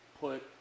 put